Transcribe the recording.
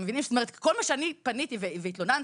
כל מה שאני פניתי והתלוננתי,